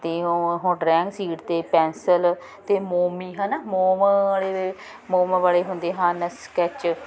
ਅਤੇ ਉਹ drawing sheet 'ਤੇ ਪੈਂਸਿਲ ਅਤੇ ਮੋਮੀ ਹੈ ਨਾ ਮੋਮ ਵਾਲੇ ਮੋਮ ਵਾਲੇ ਹੁੰਦੇ ਹਨ ਸਕੈਚ